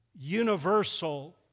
universal